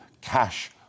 cash